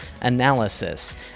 analysis